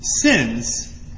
sins